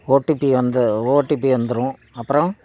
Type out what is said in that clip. OTP வந்த OTP வந்துரும் அப்புறம்